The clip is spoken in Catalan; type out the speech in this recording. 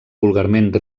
vulgarment